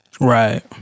Right